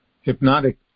hypnotic